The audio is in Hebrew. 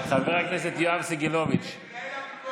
מהטופ,